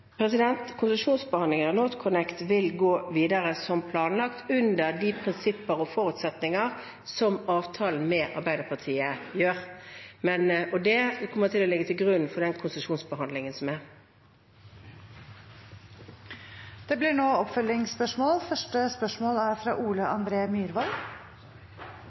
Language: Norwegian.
prinsipper og forutsetninger som avtalen med Arbeiderpartiet innebærer. Det kommer til å ligge til grunn for konsesjonsbehandlingen. Ole André Myhrvold – til oppfølgingsspørsmål.